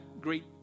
great